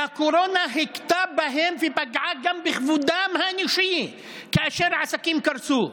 והקורונה הכתה בהם ופגעה גם בכבודם האישי כאשר עסקים קרסו.